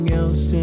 else